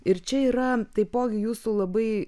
ir čia yra taipogi jūsų labai